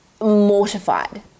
mortified